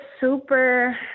super